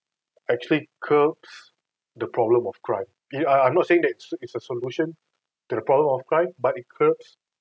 actually curbs the problem of crime I I I'm not saying that it's it's a solution to the problem of crime but it curbs